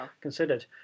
considered